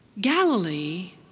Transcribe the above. Galilee